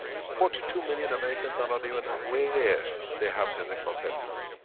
forty two million americans are not even aware they have genital herpes.